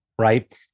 right